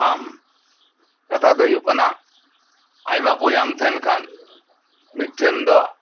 ᱟᱢ ᱠᱟᱛᱷᱟ ᱫᱚ ᱦᱳᱭᱳᱜ ᱠᱟᱱᱟ ᱟᱭᱢᱟ ᱵᱚᱭᱦᱟᱢ ᱛᱟᱦᱮᱱ ᱠᱷᱟᱱ ᱢᱤᱫ ᱴᱷᱮᱱ ᱫᱚ